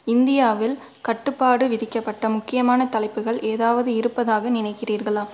இந்தியாவில் கட்டுப்பாடு விதிக்கப்பட்ட முக்கியமான தலைப்புகள் ஏதாவுது இருப்பதாக நினைக்கிறீர்களா